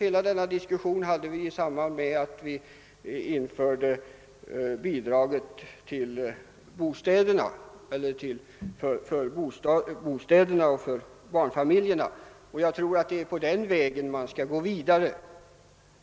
Samma diskussion hade vi i samband med införandet av bidraget till barnfamiljernas bostadskostnader. Jag tror att det är på den väg som man slog in på då som man bör gå vidare.